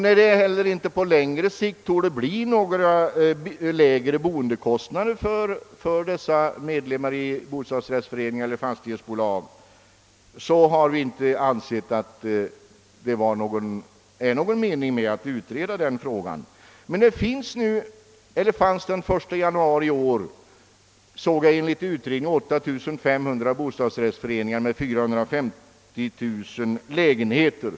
När det inte heller på längre sikt torde bli några lägre boendekostnader för dessa medlemmar i bostadsrättsförening eller fastighetsbolag har vi inte ansett att det är någon mening med att utreda frågan. Den 1 januari i år fanns enligt en utredning 8500 bostadsrättsföreningar med 450 000 lägenheter.